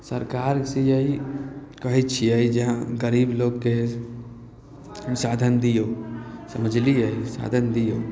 सरकारसे यही कहै छिए जे अहाँ गरीब लोकके साधन दिऔ समझलिए साधन दिऔ